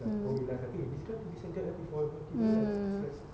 mm mm